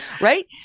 right